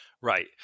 Right